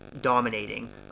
dominating